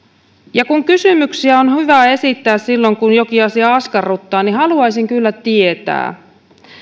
kun kysymyksiä on hyvä esittää silloin kun jokin asia askarruttaa niin haluaisin kyllä tämän tietää